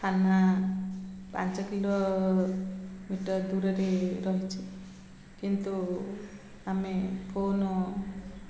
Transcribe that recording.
ଥାନା ପାଞ୍ଚ କିଲୋମିଟର ଦୂରରେ ରହିଛିି କିନ୍ତୁ ଆମେ ଫୋନ୍